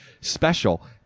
special